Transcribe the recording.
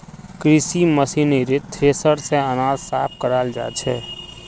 कृषि मशीनरीत थ्रेसर स अनाज साफ कराल जाछेक